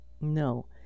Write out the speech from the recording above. No